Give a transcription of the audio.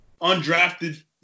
undrafted